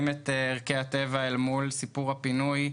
את ערכי הטבע אל מול סיפור הפינוי,